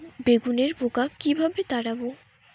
বেগুনের পোকা কিভাবে তাড়াব?